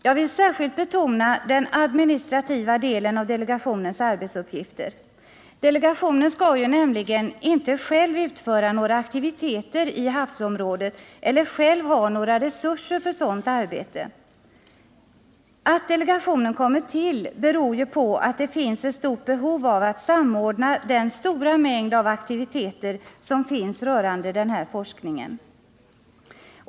Jag vill särskilt betona den administrativa delen av delegationens arbetsuppgifter. Delegationen skall ju nämligen inte själv utföra några aktiviteter i havsområdet eller själv ha några resurser för sådant arbete. Att delegationen kommit till beror ju på att det finns ett stort behov av att samordna den stora mängd av aktiviteter som finns rörande denna forskning.